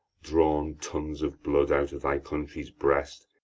drawn tuns of blood out of thy country's breast,